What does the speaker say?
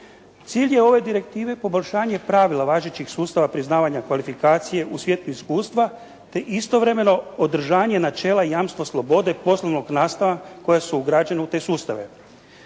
Cilj je ove direktive poboljšanje pravila važećih sustava priznavanja kvalifikacije u … /Govornik se ne razumije./ … iskustva te istovremeno održanje načela jamstvo slobode poslovnog … /Govornik se ne razumije./ … koja su ugrađena u te sustave.